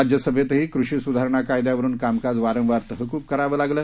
राज्यसभेतही कृषी सुधारणा कायद्यावरून कामकाज वारंवार तहकूब करावं लागलं